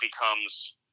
becomes